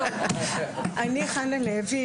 אני חנה לוי,